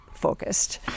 focused